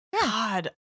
God